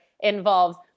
involves